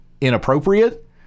inappropriate